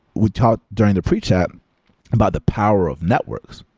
we talked during the pre-chat about the power of networks,